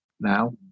now